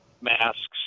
masks